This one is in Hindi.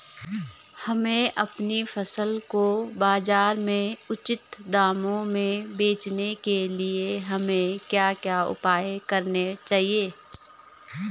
हमें अपनी फसल को बाज़ार में उचित दामों में बेचने के लिए हमें क्या क्या उपाय करने चाहिए?